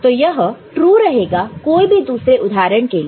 तो यह ट्रू रहेगा कोई भी दूसरे उदाहरण के लिए